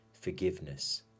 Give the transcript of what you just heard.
forgiveness